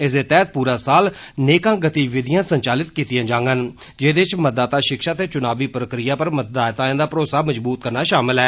इसदे तैहत पूरा साल नेकां गतिविधियां संचालित किती जागंन जेहदे च मतदाता शिक्षा ते चुनावी प्रक्रिया पर मतदाताएं दा भरोसा मज़बूत करना शामिल ऐ